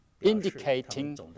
indicating